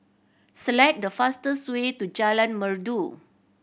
select the fastest way to Jalan Merdu